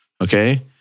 Okay